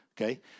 okay